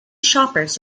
shoppers